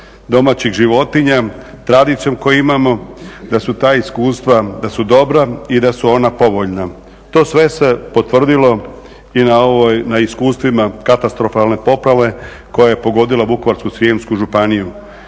domaćih životinja, tradicijom koju imamo, da su ta iskustva dobra i da su ona povoljna. To sve se potvrdilo i na iskustvima katastrofalne poplave koja je pogodila Vukovarsko-srijemsku županiju